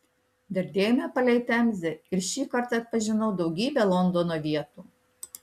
dardėjome palei temzę ir šį kartą atpažinau daugybę londono vietų